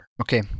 Okay